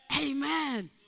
Amen